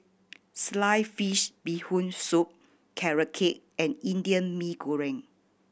sliced fish Bee Hoon Soup Carrot Cake and Indian Mee Goreng